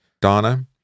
Donna